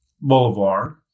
Boulevard